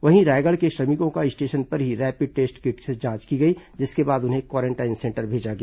वहीं रायगढ़ के श्रमिकों का स्टेशन पर ही रैपिड टेस्ट किट से जांच की गई जिसके बाद उन्हें क्वारेंटाइन सेंटर भेजा गया